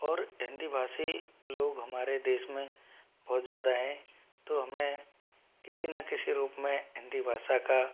और हिंदी भाषी लोग हमारे देश में बहुत ज़्यादा हैं तो हमें किसी न किसी रूप में हिंदी भाषा का